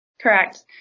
Correct